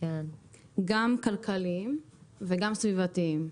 גם כלכליים וגם סביבתיים.